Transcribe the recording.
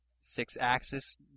Six-axis